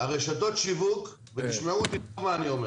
רשתות השיווק תשמעו טוב מה אני אומר